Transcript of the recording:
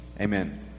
Amen